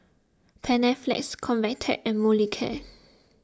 Panaflex Convatec and Molicare